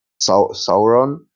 Sauron